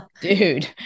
dude